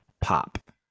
pop